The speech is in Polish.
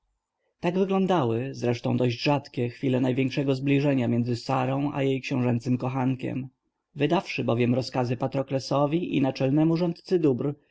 tak wyglądały zresztą dość rzadkie chwile największego zbliżenia między sarą a jej książęcym kochankiem wydawszy bowiem rozkazy patroklesowi i naczelnemu rządcy dóbr